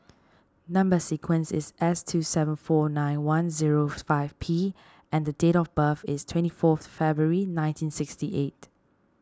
Number Sequence is S two seven four nine one zero five P and date of birth is twenty four February nineteen sixty eight